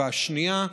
השנייה,